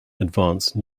advance